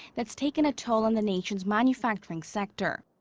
that's taken a toll on the nation's manufacturing sector.